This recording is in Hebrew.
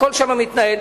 הכול שם מתנהל,